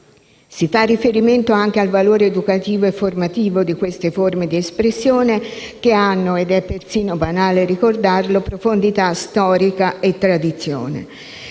Si fa riferimento anche al valore educativo e formativo di queste forme di espressione che hanno - è persino banale ricordarlo - profondità storica e tradizione.